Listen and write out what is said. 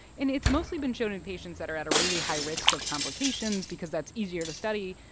and it's mostly been shown in patients that are at a really high risk of complications because that's easier to study.